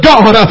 God